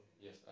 Yes